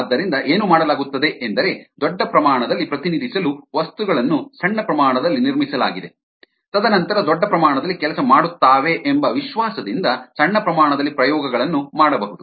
ಆದ್ದರಿಂದ ಏನು ಮಾಡಲಾಗುತ್ತದೆ ಎಂದರೆ ದೊಡ್ಡ ಪ್ರಮಾಣದಲ್ಲಿ ಪ್ರತಿನಿಧಿಸಲು ವಸ್ತುಗಳನ್ನು ಸಣ್ಣ ಪ್ರಮಾಣದಲ್ಲಿ ನಿರ್ಮಿಸಲಾಗಿದೆ ತದನಂತರ ದೊಡ್ಡ ಪ್ರಮಾಣದಲ್ಲಿ ಕೆಲಸ ಮಾಡುತ್ತಾವೆ ಎಂಬ ವಿಶ್ವಾಸದಿಂದ ಸಣ್ಣ ಪ್ರಮಾಣದಲ್ಲಿ ಪ್ರಯೋಗಗಳನ್ನು ಮಾಡಬಹುದು